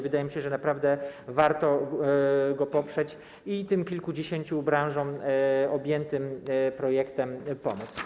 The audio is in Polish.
Wydaje mi się, że naprawdę warto go dzisiaj poprzeć i tym kilkudziesięciu branżom objętym projektem pomóc.